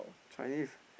Chinese